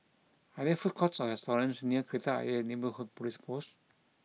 are there food courts or restaurants near Kreta Ayer Neighbourhood Police Post